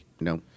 No